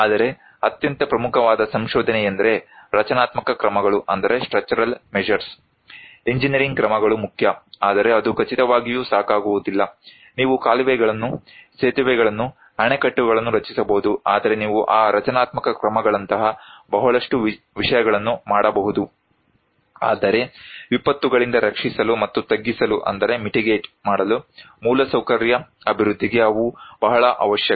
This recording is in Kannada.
ಆದರೆ ಅತ್ಯಂತ ಪ್ರಮುಖವಾದ ಸಂಶೋಧನೆಯೆಂದರೆ ರಚನಾತ್ಮಕ ಕ್ರಮಗಳು ಎಂಜಿನಿಯರಿಂಗ್ ಕ್ರಮಗಳು ಮುಖ್ಯ ಆದರೆ ಅದು ಖಚಿತವಾಗಿಯೂ ಸಾಕಾಗುವುದಿಲ್ಲ ನೀವು ಕಾಲುವೆಗಳನ್ನು ಸೇತುವೆಗಳನ್ನು ಅಣೆಕಟ್ಟುಗಳನ್ನು ರಚಿಸಬಹುದು ಆದರೆ ನೀವು ಆ ರಚನಾತ್ಮಕ ಕ್ರಮಗಳಂತಹ ಬಹಳಷ್ಟು ವಿಷಯಗಳನ್ನು ಮಾಡಬಹುದು ಆದರೆ ವಿಪತ್ತುಗಳಿಂದ ರಕ್ಷಿಸಲು ಮತ್ತು ತಗ್ಗಿಸಲು ಮೂಲಸೌಕರ್ಯ ಅಭಿವೃದ್ಧಿಗೆ ಅವು ಬಹಳ ಅವಶ್ಯಕ